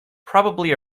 probably